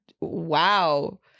Wow